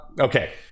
okay